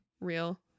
Real